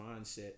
mindset